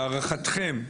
להערכתכם,